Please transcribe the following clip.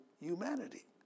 humanity